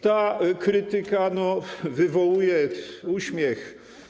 Ta krytyka wywołuje uśmiech.